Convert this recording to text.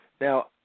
Now